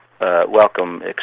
Welcome